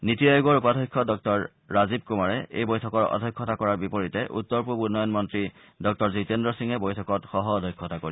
নীতি আয়োগৰ উপাধ্যক্ষ ডঃ ৰাজীৱ কুমাৰে এই বৈঠকৰ অধ্যক্ষতা কৰাৰ বিপৰীতে উত্তৰ পূব উন্নয়ন মন্ত্ৰী ডঃ জিতেন্দ্ৰ সিঙে বৈঠকত সহঃ অধ্যক্ষতা কৰিব